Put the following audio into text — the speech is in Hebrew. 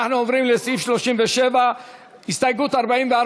אנחנו עוברים לסעיף 37. הסתייגות 44,